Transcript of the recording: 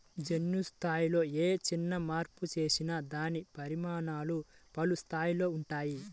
జన్యు స్థాయిలో ఏ చిన్న మార్పు చేసినా దాని పరిణామాలు పలు స్థాయిలలో ఉంటాయి